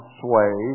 sway